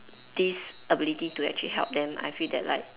this ability to actually help them I feel that like